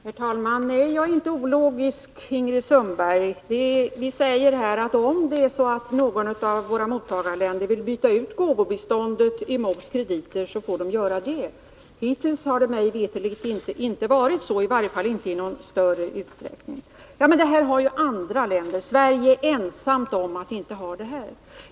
Herr talman! Nej, jag är inte ologisk, Ingrid Sundberg. Om något av våra mottagarländer vill byta ut gåvobiståndet mot krediter, får landet göra det. Hittills har det mig veterligen inte skett, i varje fall inte i någon större utsträckning. Ingrid Sundberg säger att andra länder tillämpar det nu föreslagna systemet — Sverige är ensamt om att inte göra det.